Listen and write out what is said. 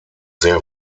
sehr